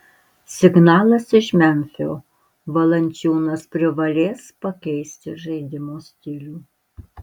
signalas iš memfio valančiūnas privalės pakeisti žaidimo stilių